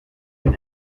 been